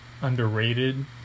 underrated